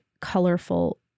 colorful